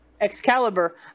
Excalibur